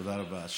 תודה רבה.